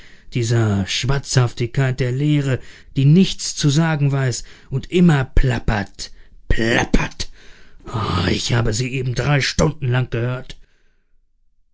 dieser schwatzhaftigkeit der leere die nichts zu sagen weiß und immer plappert plappert o ich habe sie eben drei stunden lang gehört